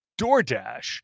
DoorDash